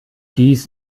dies